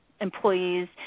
employees